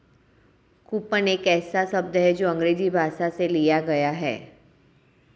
coupon एक ऐसा शब्द है जो अंग्रेजी भाषा से लिया गया है